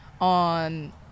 on